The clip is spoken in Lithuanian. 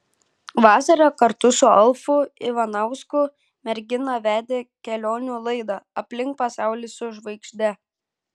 vasarą kartu su alfu ivanausku mergina vedė kelionių laidą aplink pasaulį su žvaigžde